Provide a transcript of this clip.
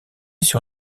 sur